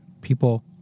people